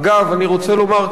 אני רוצה לומר כאן,